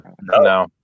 No